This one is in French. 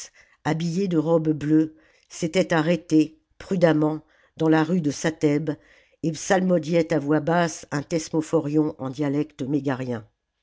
habillés de robes bleues s'étaient arrêtés prudemment dans la rue de satheb et psalmodiaient à voix basse un thesmophorion en dialecte mégarien